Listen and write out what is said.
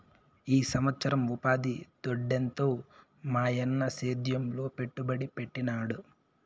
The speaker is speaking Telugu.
ఈ సంవత్సరం ఉపాధి దొడ్డెంత మాయన్న సేద్యంలో పెట్టుబడి పెట్టినాడు